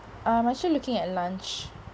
I'm actually looking at lunch